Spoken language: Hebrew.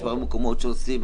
בדיקות.